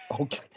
Okay